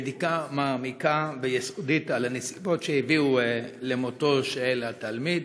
בדיקה מעמיקה ויסודית על הנסיבות שהביאו למותו של התלמיד?